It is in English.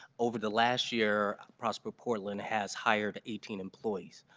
over the last year prosper portland has hired eighteen employees.